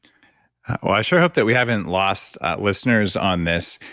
i sure hope that we haven't lost listeners on this.